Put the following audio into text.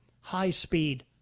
high-speed